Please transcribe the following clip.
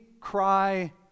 cry